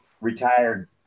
retired